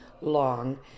long